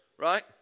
Right